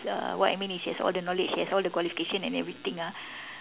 err what I mean is she has all the knowledge she has all the qualification and everything ah